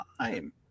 time